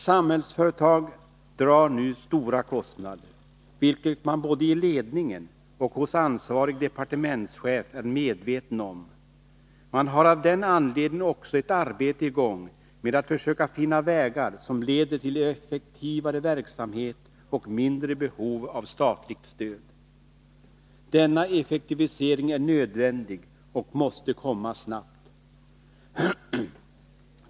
Samhällsföretag drar nu stora kostnader, vilket man både i ledningen och hos ansvarig departementschef är medveten om. Man har av den anledningen också ett arbete i gång med att försöka finna vägar som leder till effektivare verksamhet och mindre behov av statligt stöd. Denna effektivisering är nödvändig och måste komma snabbt.